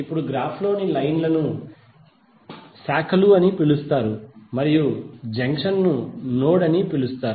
ఇప్పుడు గ్రాఫ్ లోని లైన్లను బ్రాంచ్ లు అని పిలుస్తారు మరియు జంక్షన్ ను నోడ్ అని పిలుస్తారు